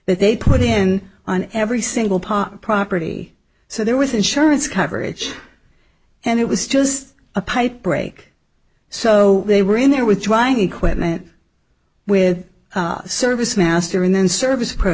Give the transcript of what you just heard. that they put in on every single part of property so there was insurance coverage and it was just a pipe break so they were in there with trying equipment with service master and then service approach